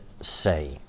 say